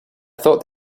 thought